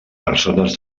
persones